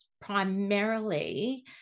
primarily